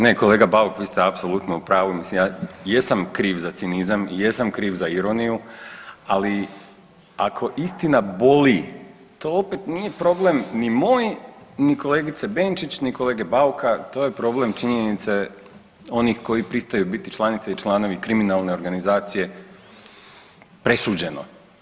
Ne, kolega Bauk vi ste apsolutno u pravu mislim ja jesam kriv za cinizam i jesam kriv za ironiju ali ako istina boli to opet nije problem ni moj ni kolegice Benčić, ni kolege Bauka to je problem činjenice onih koji pristaju biti članovi i članice kriminalne organizacije presuđeno.